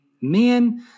man